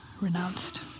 Renounced